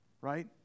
right